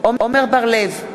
עמר בר-לב,